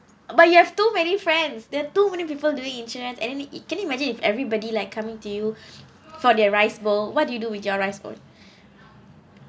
but you have too many friends there too many people doing insurance and then it can you imagine if everybody like coming to you for their rice bowl what do you do with your rice bowl